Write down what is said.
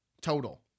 Total